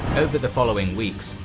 over the following weeks,